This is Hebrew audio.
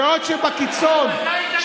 דעות שבקיצון,